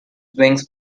wings